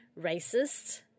racist